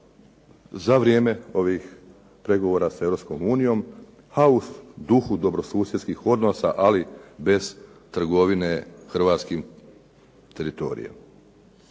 za vrijeme ovih pregovora sa Europskom unijom a u duhu dobrosusjedskih odnosa ali bez trgovine hrvatskim teritorijem.